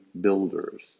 builders